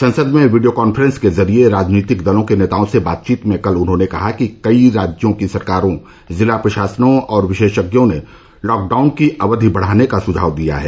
संसद में video conference के जरिये राजनीतिक दलों के नेताओं से बातचीत में कल उन्होंने कहा कि कई राज्यों की सरकारों जिला प्रशासनों और विशेषज्ञों ने लॉकडाउन की अवधि बढ़ाने का सुझाव दिया है